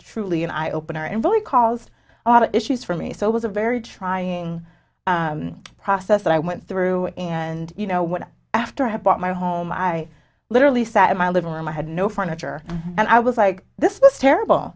truly an eye opener and really caused a lot of issues for me so it was a very trying process that i went through and you know what after i had bought my home i literally sat in my living room i had no furniture and i was like this was terrible